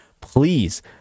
please